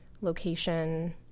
location